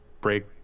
break